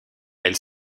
elle